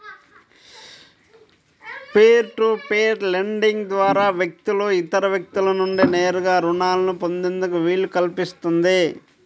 peer to peer lending ద్వారా వ్యక్తులు ఇతర వ్యక్తుల నుండి నేరుగా రుణాలను పొందేందుకు వీలు కల్పిస్తుంది